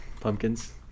pumpkins